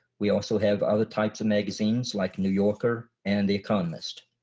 we also have other types of magazines like new yorker and the economist.